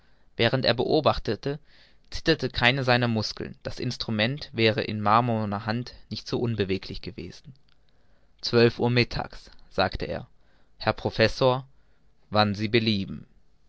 während er beobachtete zitterte keine seiner muskeln das instrument wäre in einer marmornen hand nicht so unbeweglich gewesen zwölf uhr mittags sagte er herr professor wann sie belieben